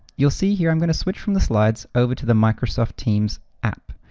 you'll see, here i'm gonna switch from the slides over to the microsoft teams app.